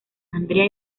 andrea